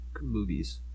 movies